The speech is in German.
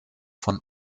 von